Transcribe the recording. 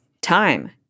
time